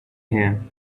here